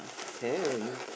can